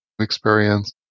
experience